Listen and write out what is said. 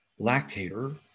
lactator